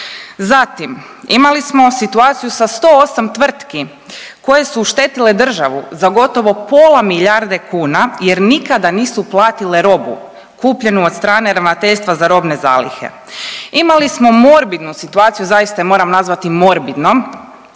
Zatim, imali smo situaciju sa 108 tvrtki koje su oštetile državu za gotovo pola milijarde kuna jer nikada nisu platile robu kupljenu od strane Ravnateljstva za robne zalihe. Imali smo morbidnu situaciju, zaista je moram nazvati morbidnom,